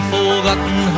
Forgotten